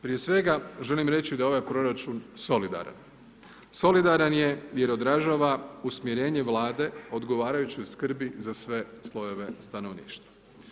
Prije svega želim reći da je ovaj proračun solidaran, solidaran je jer odražava usmjerenje Vlade odgovarajućoj skrbi za sve slojeve stanovništva.